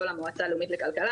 לא למועצה הלאומית לכלכלה,